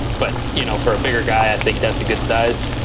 but, you know, for a bigger guy i think that's a good size.